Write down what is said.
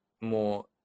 more